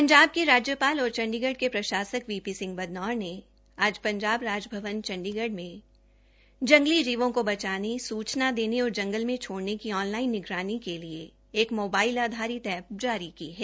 पंजाब के राज्यपाल और चंडीगढ़ के प्रशासक वी पी सिंह बदनौर ने आज पंजाब राजभवन में जंगली जीवों को बचाने सूचना देने और जंगल में छोड़ने की ऑनलाइन निगरानी के लिए एक मोबाइल आधारित एप्प जारी की है